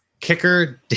kicker